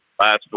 last